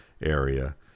area